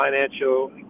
financial